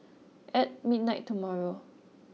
at midnight tomorrow